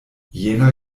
jena